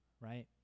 right